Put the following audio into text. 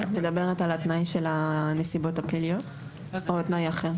את מדברת על התנאי של הנסיבות הפליליות או על תנאי אחר?